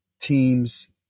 teams